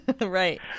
Right